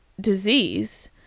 disease